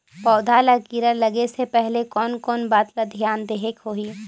पौध ला कीरा लगे से पहले कोन कोन बात ला धियान देहेक होही?